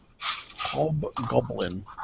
Hobgoblin